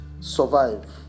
survive